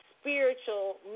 spiritual